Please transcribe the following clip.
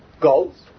goals